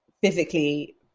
physically